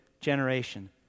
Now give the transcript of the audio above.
generation